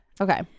Okay